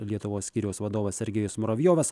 lietuvos skyriaus vadovas sergejus muravjovas